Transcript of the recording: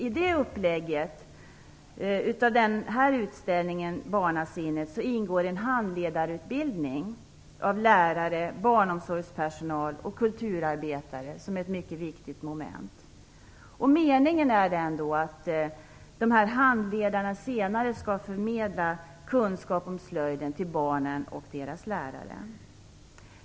I upplägget av den utställningen ingår en handledarutbildning för lärare, barnomsorgspersonal och kulturarbetare som ett mycket viktigt moment. Meningen är att de här handledarna sedan skall förmedla kunskap om slöjd till skolbarnen och deras lärare.